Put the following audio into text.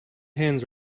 hens